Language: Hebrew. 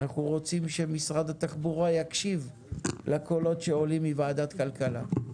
אנחנו רוצים שמשרד התחבורה יקשיב לקולות שעולים מוועדת הכלכלה.